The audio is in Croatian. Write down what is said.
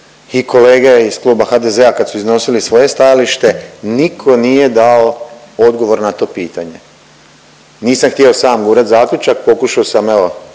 i kolege iz Kluba HDZ-a kad su iznosili svoje stajalište, niko nije dao odgovor na to pitanje. Nisam htio sam gurat zaključak, pokušao sam evo